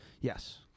Yes